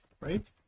right